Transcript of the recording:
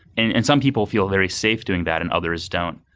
and and some people feel very safe doing that and others don't.